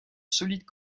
solides